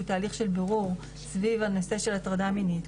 תהליך של בירור סביב הנושא של הטרדה מינית,